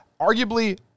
arguably